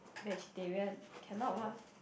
vegetarian cannot mah